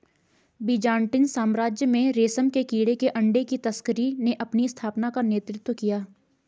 Byzantine साम्राज्य में रेशम के कीड़े के अंडे की तस्करी ने अपनी स्थापना का नेतृत्व किया